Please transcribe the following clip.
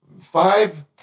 five